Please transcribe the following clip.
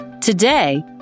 Today